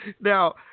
Now